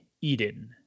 Eden